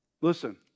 Listen